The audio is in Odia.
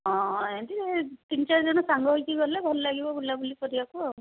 ହଁ ଏମିତି ତିନ ଚାରିଜଣ ସାଙ୍ଗ ହେଇକି ଗଲେ ଭଲ ଲାଗିବ ବୁଲାବୁଲି କରିବାକୁ ଆଉ